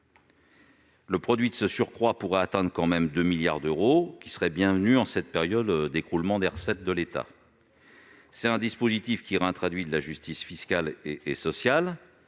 Le produit de ce surcroît pourrait atteindre 2 milliards d'euros, qui seraient les bienvenus en cette période d'écroulement des recettes de l'État. Un tel dispositif réintroduirait de la justice fiscale et sociale.